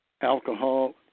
Alcohol